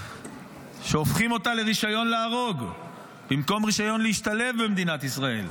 שהופכים אותה לרישיון להרוג במקום לרישיון להשתלב במדינת ישראל,